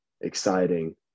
exciting